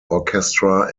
orchestra